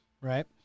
right